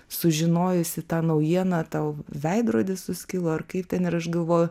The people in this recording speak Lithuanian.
sužinojusi tą naujieną tau veidrodis suskilo ar kaip ten ir aš galvoju